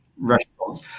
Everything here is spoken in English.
restaurants